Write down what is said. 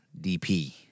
DP